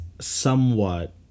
somewhat